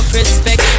respect